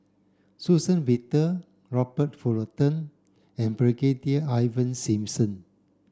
Suzann Victor Robert Fullerton and Brigadier Ivan Simson